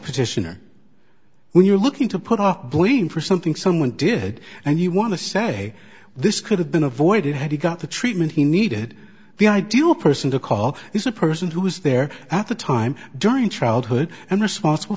position or when you're looking to put our blame for something someone did and you want to say this could have been avoided had he got the treatment he needed the ideal person to call is a person who was there at the time during childhood and responsible